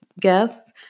guests